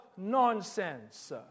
nonsense